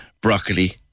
broccoli